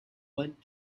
went